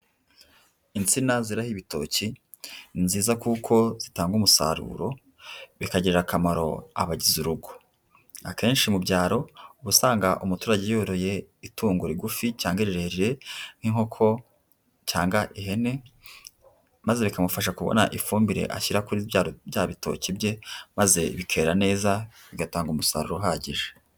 Itsina ziraho ibitoki n'inziza kuko zitanga umusaruro bikagirira akamaro abagize urugo, akenshi mu byaro usanga umuturage yoroye itungo rigufi cyangwa rirerire nk'inkoko, cyangwa ihene, maze bikakamufasha kubona ifumbire ashyira kuri bya bitoke bye, maze bikera neza bigatanga umusaruro uhagije.